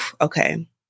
Okay